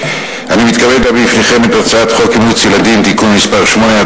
אני מתכבד להביא בפניכם את הצעת חוק אימוץ ילדים (תיקון מס' 8),